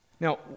Now